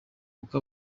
kuko